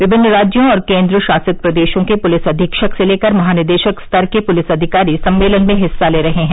विभिन्न राज्यों और केन्द्र शासित प्रदेशों के पुलिस अधीक्षक से लेकर महानिदेशक स्तर के पुलिस अधिकारी सम्मेलन में हिस्सा ले रहे हैं